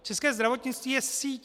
České zdravotnictví je síť.